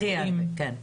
הכי הרבה, כן.